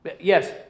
Yes